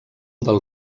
del